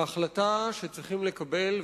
ההחלטה שצריכים לקבלה,